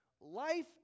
life